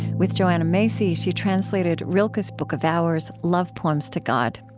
with joanna macy, she translated rilke's book of hours love poems to god.